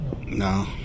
No